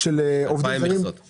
--- 2,000 עובדי מכסות.